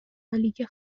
حالیکه